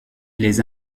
les